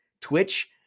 Twitch